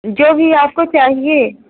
जो भी आपको चाहिए